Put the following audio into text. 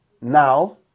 now